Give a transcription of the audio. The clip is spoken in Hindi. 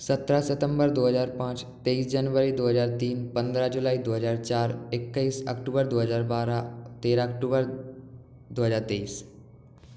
सत्रह सितंबर दो हजार पाँच तेईस जनवरी दो हजार तीन पंद्रह जुलाई दो हजार चार इक्कीस अक्टूबर दो हजार बारह तेरह अक्टूबर दो हजार तेईस